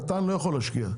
קטן לא יכול השקיע.